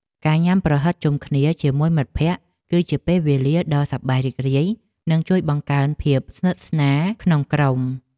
ការញ៉ាំប្រហិតជុំគ្នាជាមួយមិត្តភក្តិគឺជាពេលវេលាដ៏សប្បាយរីករាយនិងជួយបង្កើនភាពស្និទ្ធស្នាលក្នុងក្រុម។